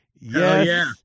Yes